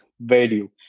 value